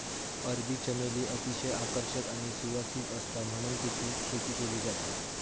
अरबी चमेली अतिशय आकर्षक आणि सुवासिक आसता म्हणून तेची शेती केली जाता